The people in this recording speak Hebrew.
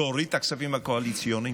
להוריד את הכספים הקואליציוניים